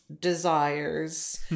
desires